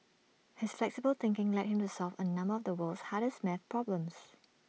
his flexible thinking led him to solve A number of the world's hardest math problems